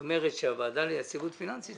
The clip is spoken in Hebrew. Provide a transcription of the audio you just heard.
שהוועדה ליציבות פיננסית,